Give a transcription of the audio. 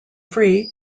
free